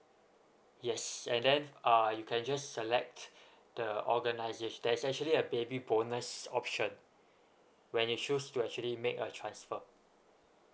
yes and then uh you can just select the organisation there is actually a baby bonus option when you choose to actually make a transfer